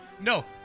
No